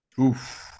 Oof